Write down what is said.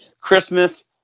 Christmas